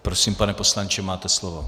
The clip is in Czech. Prosím, pane poslanče, máte slovo.